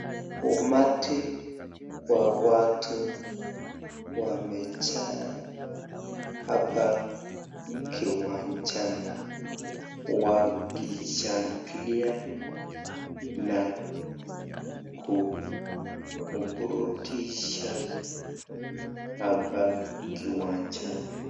Umati wawatu wamejaa hapa kiwanjani wakishangiria na kuburudisha hapa kiwanjani.